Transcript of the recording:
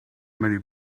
many